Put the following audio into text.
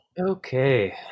Okay